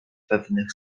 pewnych